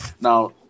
now